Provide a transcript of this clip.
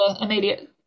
immediate